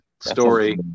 story